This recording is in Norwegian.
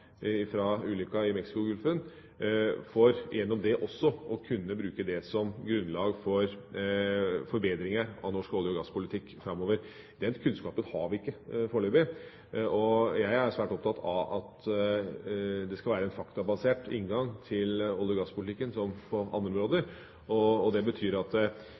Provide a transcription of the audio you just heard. i Mexicogolfen, for gjennom det å kunne bruke det som grunnlag for forbedringer av norsk olje- og gasspolitikk framover. Den kunnskapen har vi ikke foreløpig, og jeg er svært opptatt av at det skal være en faktabasert inngang til olje- og gasspolitikken, som på andre områder. Det betyr at